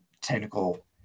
technical